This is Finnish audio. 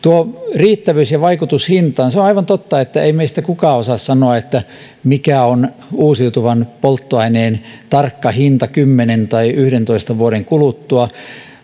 riittävyys ja vaikutus hintaan se on aivan totta että ei meistä kukaan osaa sanoa mikä on uusiutuvan polttoaineen tarkka hinta kymmenen tai yhdentoista vuoden kuluttua